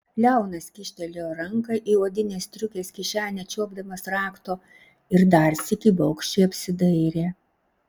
leonas kyštelėjo ranką į odinės striukės kišenę čiuopdamas rakto ir dar sykį baugščiai apsidairė